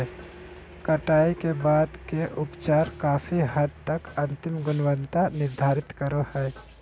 कटाई के बाद के उपचार काफी हद तक अंतिम गुणवत्ता निर्धारित करो हइ